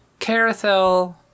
Carathel